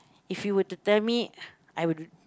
if you were to tell I would